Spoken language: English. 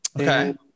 Okay